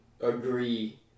agree